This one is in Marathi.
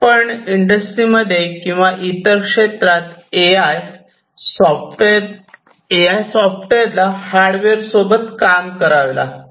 पण इंडस्ट्रीमध्ये किंवा इतर क्षेत्रात ए आय सॉफ्टवेअर ला हार्डवेअर सोबत काम करावे लागते